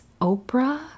Oprah